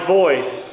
voice